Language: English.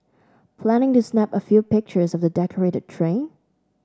planning to snap a few pictures of the decorated train